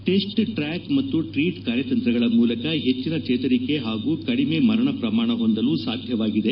ಟಿಸ್ track ಮತ್ತು treat ಕಾರ್ಯತಂತ್ರಗಳ ಮೂಲಕ ಹೆಚ್ಚಿನ ಚೇತರಿಕೆ ಹಾಗೂ ಕಡಿಮೆ ಮರಣ ಪ್ರಮಾಣ ಹೊಂದಲು ಸಾಧ್ಯವಾಗಿದೆ